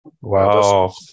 Wow